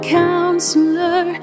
counselor